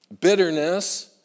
bitterness